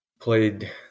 played